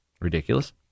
ridiculous